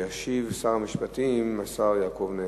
ישיב שר המשפטים השר יעקב נאמן.